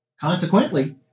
Consequently